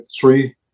three